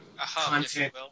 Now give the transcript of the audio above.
content